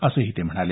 असं ते म्हणाले